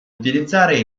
utilizzare